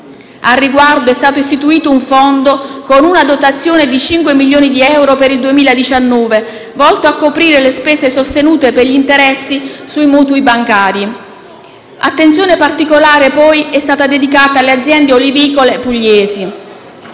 Al riguardo, è stato istituito un fondo con una dotazione di 5 milioni di euro per il 2019 volto a coprire le spese sostenute per gli interessi sui mutui bancari. Attenzione particolare, poi, è stata dedicata alle aziende olivicole pugliesi.